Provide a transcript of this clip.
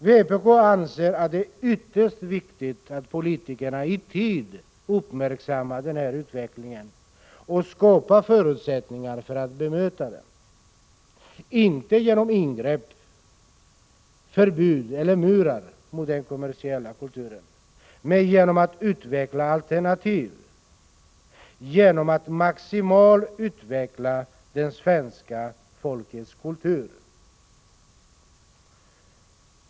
Vpk anser att det är ytterst viktigt att politikerna i tid uppmärksammar den här utvecklingen och skapar förutsättningar för att bemöta den — inte genom ingrepp, förbud eller murar mot den kommersiella kulturen, men genom att erbjuda alternativ och genom att maximalt utveckla det svenska folkets kultur.